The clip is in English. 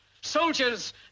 Soldiers